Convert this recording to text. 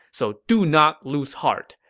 so do not lose heart.